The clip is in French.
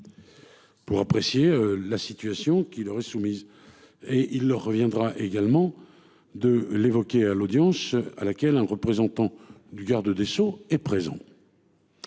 Pour apprécier la situation qui leur est soumise, et il leur reviendra également de l'évoquer à l'audience à laquelle un représentant du garde des Sceaux est présent.